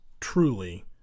truly